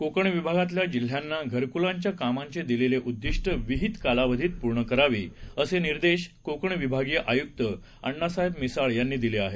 कोकण विभागातल्या जिल्ह्यांना घरक्लांच्या कामांचे दिलेलं उद्दिष्ट विहित कालावधीत पूर्ण करावी असे निर्देश कोकण विभागीय आय्क्त अण्णासाहेब मिसाळ यांनी दिले आहेत